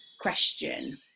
question